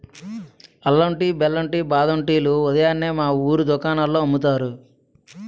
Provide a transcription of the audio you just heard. అల్లం టీ, బెల్లం టీ, బాదం టీ లు ఉదయాన్నే మా వూరు దుకాణాల్లో అమ్ముతారు